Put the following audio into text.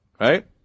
right